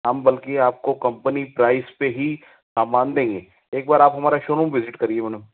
हम बल्कि आपको कंपनी प्राइस पर ही सामान देंगे एक बार हमारा शोरूम विजिट करिए मैडम